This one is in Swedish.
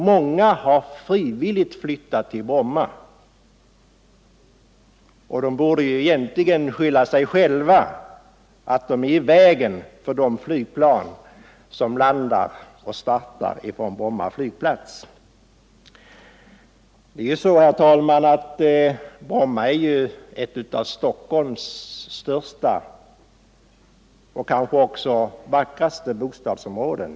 Många har frivilligt flyttat till Bromma, säger han, och de borde egentligen skylla sig själva, eftersom de är i vägen för de flygplan som landar och startar på Bromma flygplats. Herr talman! Bromma är ett av Stockholms största och kanske också vackraste bostadsområden.